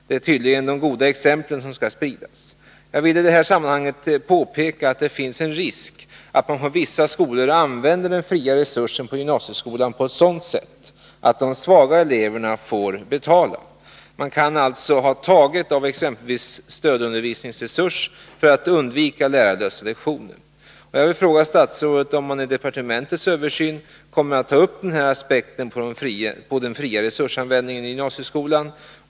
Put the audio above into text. Det är tydligen de goda exemplen som skall spridas. Jag villi det här sammanhanget påpeka att det finns en risk att man på vissa håll använder den fria resursen på gymnasieskolan på ett sådant sätt att de svaga eleverna får betala. Man kan alltså ha tagit av exempelvis en stödundervisningsresurs för att undvika lärarlösa lektioner. Jag vill fråga statsrådet om man i departementets översyn kommer att ta upp den här aspekten på den fria resursanvändningen i gymnasieskolan.